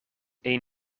een